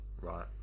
Right